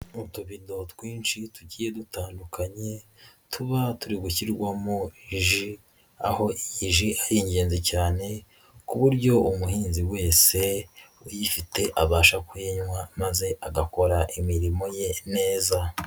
Utubidoho twinshi tugiye dutandukanye, tuba turi gushyirwamo ji, aho ari ingenzi cyane, ku buryo umuhinzi wese uyifite abasha kuyinywa, maze agakora imirimo ye neza.